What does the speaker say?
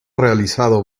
realizado